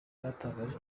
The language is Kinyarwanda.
batangarije